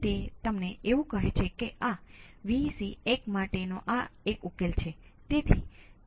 તેથી હું V x of 0 V x થી અનંત સુધી પણ લખી શકું છું